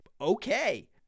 okay